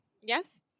Yes